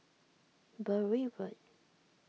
Bury Road